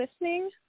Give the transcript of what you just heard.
listening